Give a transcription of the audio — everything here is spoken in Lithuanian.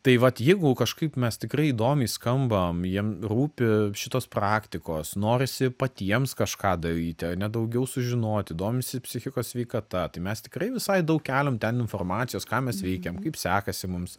tai vat jeigu kažkaip mes tikrai įdomiai skambam jiem rūpi šitos praktikos norisi patiems kažką daryti ane daugiau sužinoti domisi psichikos sveikata tai mes tikrai visai daug keliam ten informacijos ką mes veikiam kaip sekasi mums